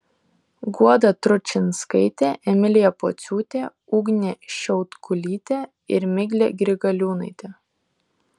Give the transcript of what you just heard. guoda tručinskaitė emilija pociūtė ugnė šiautkulytė ir miglė grigaliūnaitė